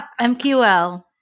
MQL